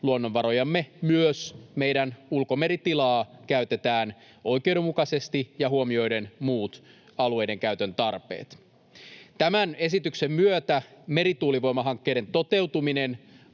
luonnonvarojamme, myös meidän ulkomeritilaa, käytetään oikeudenmukaisesti ja huomioiden muut alueidenkäytön tarpeet. Tämän esityksen myötä merituulivoimahankkeiden toteutumisen